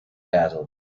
dazzled